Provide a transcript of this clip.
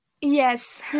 yes